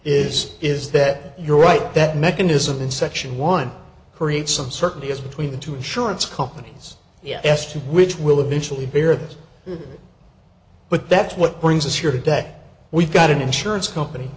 is is that you're right that mechanism in section one hurried some certainty as between the two insurance companies yes to which will eventually bear this but that's what brings us here today we've got an insurance company